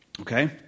Okay